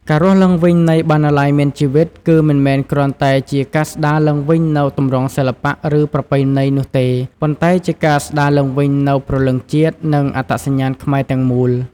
ការរស់ឡើងវិញនៃ "បណ្ណាល័យមានជីវិត" គឺមិនមែនគ្រាន់តែជាការស្តារឡើងវិញនូវទម្រង់សិល្បៈ ឬប្រពៃណីនោះទេ ប៉ុន្តែជាការស្តារឡើងវិញនូវព្រលឹងជាតិ និងអត្តសញ្ញាណខ្មែរទាំងមូល។